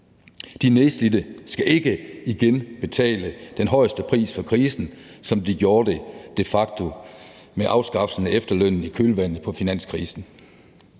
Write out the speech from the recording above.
De nedslidte skal ikke igen betale den højeste pris for krisen, som de de facto gjorde det med afskaffelsen af efterlønnen i kølvandet på finanskrisen.